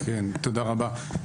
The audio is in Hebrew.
כן, תודה רבה.